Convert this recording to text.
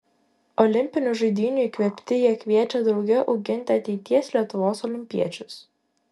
olimpinių žaidynių įkvėpti jie kviečia drauge auginti ateities lietuvos olimpiečius